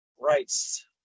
rights